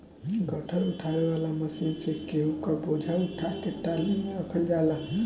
गट्ठर उठावे वाला मशीन से गेंहू क बोझा उठा के टाली में रखल जाला